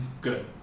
good